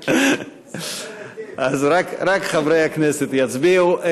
אז רק חברי הכנסת יצביעו.